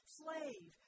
slave